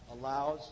allows